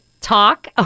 talk